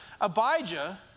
Abijah